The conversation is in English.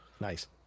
nice